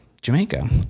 Jamaica